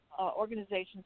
organizations